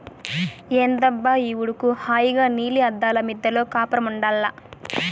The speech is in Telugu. ఏందబ్బా ఈ ఉడుకు హాయిగా నీలి అద్దాల మిద్దెలో కాపురముండాల్ల